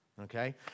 okay